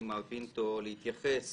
לא, אני לא לגמרי מסכימה.